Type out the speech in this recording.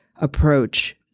approach